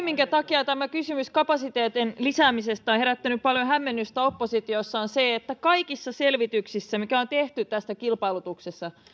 minkä takia tämä kysymys kapasiteetin lisäämisestä on herättänyt paljon hämmennystä oppositiossa on se että kaikissa selvityksissä mitkä on tehty tästä kilpailutuksesta